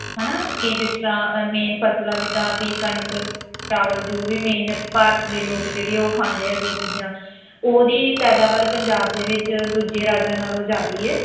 ਹੈ ਨਾ ਕਿ ਜਿਸ ਤਰ੍ਹਾਂ ਮੇਨ ਫਸਲਾਂ ਜਿੱਦਾਂ ਵੀ ਕਣਕ ਚਾਵਲ ਜੋ ਵੀ ਮੇਨ ਭਾਰਤ ਦੇ ਲੋਕ ਜਿਹੜੇ ਉਹ ਖਾਂਦੇ ਆ ਜੋ ਚੀਜ਼ਾਂ ਉਹਦੀ ਪੈਦਾਵਾਰ ਪੰਜਾਬ ਦੇ ਵਿੱਚ ਦੂਜੇ ਰਾਜਾਂ ਨਾਲੋਂ ਜ਼ਿਆਦਾ ਏ